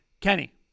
Kenny